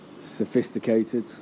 sophisticated